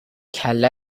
کله